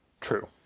True